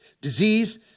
disease